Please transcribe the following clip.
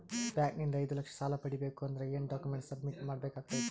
Bank ನಿಂದ ಐದು ಲಕ್ಷ ಸಾಲ ಪಡಿಬೇಕು ಅಂದ್ರ ಏನ ಡಾಕ್ಯುಮೆಂಟ್ ಸಬ್ಮಿಟ್ ಮಾಡ ಬೇಕಾಗತೈತಿ?